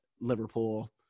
Liverpool